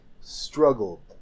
struggled